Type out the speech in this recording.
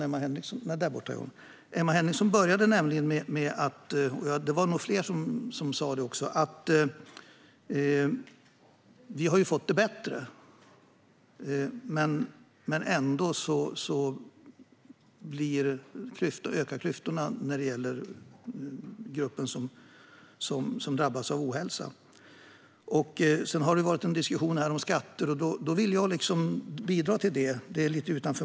Emma Henriksson började med att säga att vi har fått det bättre, men ändå ökar klyftorna när det gäller den grupp som drabbas av ohälsa. Det var nog fler som sa det. Sedan har det varit en diskussion om skatter, och jag vill bidra till den.